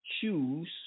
choose